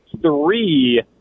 three